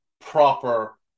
proper